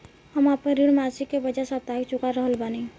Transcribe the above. हम आपन ऋण मासिक के बजाय साप्ताहिक चुका रहल बानी